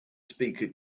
speaker